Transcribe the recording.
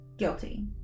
Guilty